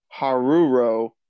Haruro